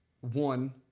One